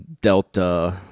Delta